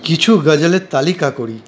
কিছু গজলের তালিকা করি